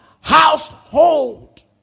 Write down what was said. household